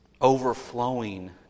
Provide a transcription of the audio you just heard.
overflowing